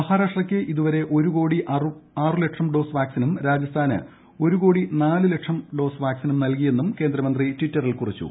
മഹാരാഷ്ട്രയ്ക്ക് ഇതുവരെ ഒരു കോടി ആറുലക്ഷം ഡോസ് വാക്സിനും രാജസ്ഥാന് ഒരു കോടി നാലൂലക്ഷം ഡോസ് വാക്സിനും നൽകിയെന്നും കേന്ദ്രമന്ത്രി ട്വിറ്ററിൽ കുറിച്ചു